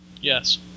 Yes